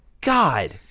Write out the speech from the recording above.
God